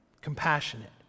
Compassionate